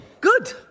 Good